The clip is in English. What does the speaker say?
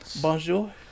Bonjour